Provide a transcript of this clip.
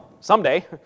someday